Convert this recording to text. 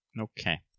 Okay